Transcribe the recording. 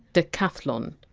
de-cat-hlon.